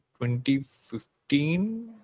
2015